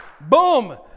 Boom